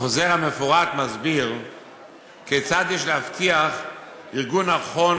החוזר המפורט מסביר כיצד יש להבטיח ארגון נכון